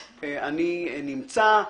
אני נמצא,